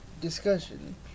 discussion